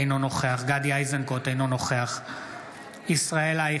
אינו נוכח גדי איזנקוט,